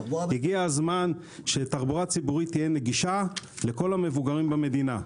הגיע הזמן שתחבורה ציבורית תהיה נגישה לכל המבוגרים במדינה,